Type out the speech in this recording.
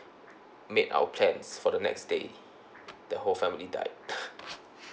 made our plans for the next day the whole family died